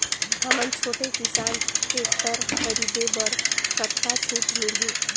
हमन छोटे किसान टेक्टर खरीदे बर कतका छूट मिलही?